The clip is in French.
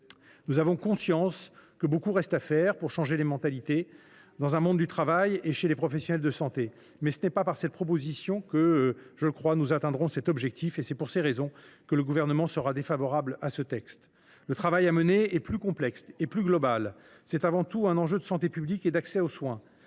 Nous avons conscience que beaucoup reste à faire pour changer les mentalités, tant dans le monde du travail que chez les professionnels de santé, mais ce n’est pas par cette proposition de loi que nous atteindrons cet objectif. Pour ces raisons, le Gouvernement sera défavorable à ce texte. Le travail à mener est plus complexe et plus global. C’est avant tout un enjeu de santé publique et d’accès aux soins.